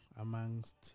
amongst